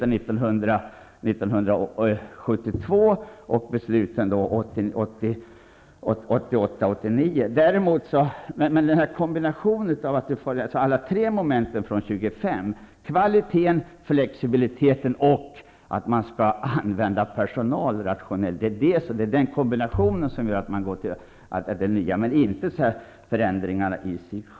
Jag tänker på besluten 1972, 1982 och 1989/90. Det nya nu är den ädnrade synen på värnplikten. Det är alltså viktigt med en kombination av alla tre momenten från 1925: kvaliteten, flexibiliteten och ett rationellt användande av personalen. Det är förverkligandet av den här kombinationen som är det nya.